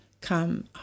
come